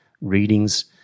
readings